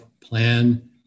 plan